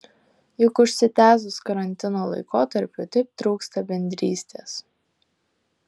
juk užsitęsus karantino laikotarpiui taip trūksta bendrystės